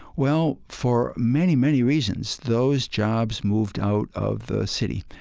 well, for many, many reasons, those jobs moved out of the city,